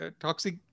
toxic